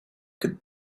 could